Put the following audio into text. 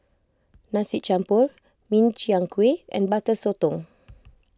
Nasi Campur Min Chiang Kueh and Butter Sotong